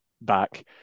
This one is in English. back